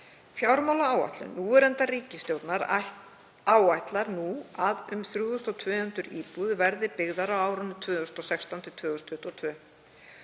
Fjármálaáætlun núverandi ríkisstjórnar áætlar nú að um 3.200 íbúðir verði byggðar á árunum 2016–2022.